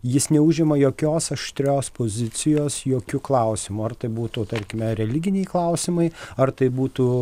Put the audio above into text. jis neužima jokios aštrios pozicijos jokiu klausimu ar tai būtų tarkime religiniai klausimai ar tai būtų